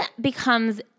becomes